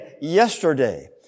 yesterday